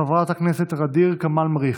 חברת הכנסת ע'דיר כמאל מריח,